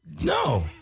no